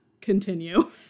Continue